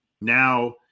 now